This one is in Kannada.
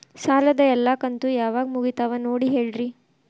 ಸಾಲದ ಎಲ್ಲಾ ಕಂತು ಯಾವಾಗ ಮುಗಿತಾವ ನೋಡಿ ಹೇಳ್ರಿ